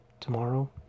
tomorrow